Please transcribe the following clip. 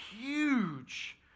Huge